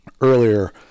earlier